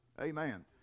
Amen